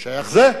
זה?